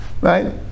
Right